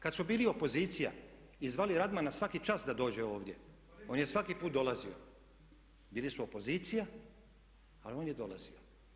Kad su bili opozicija i zvali Radmana svaki čas da dođe ovdje on je svaki put dolazio, bili su opozicija ali on je dolazio.